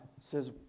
says